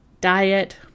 diet